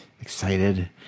excited